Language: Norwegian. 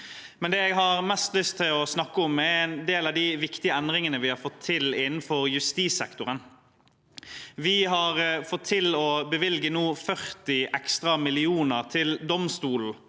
Men det jeg har mest lyst til å snakke om, er en del av de viktige endringene vi har fått til innenfor justissektoren. Vi har nå fått til å bevilge 40 ekstra millioner til domstolene.